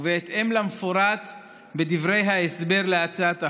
ובהתאם למפורט בדברי ההסבר להצעת החוק,